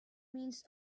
means